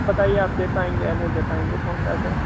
बताइए आप दे पाएंगे या नहीं दे पाएंगे पहुँचा के